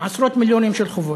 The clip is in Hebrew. עשרות מיליונים של חובות,